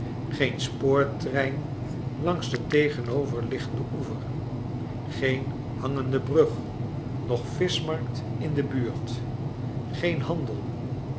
geen spoortrein langs den tegenoverliggenden oever geen hangende brug noch vischmarkt in de buurt geen handel